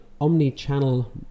omni-channel